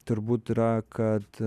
turbūt yra kad